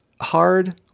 hard